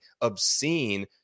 obscene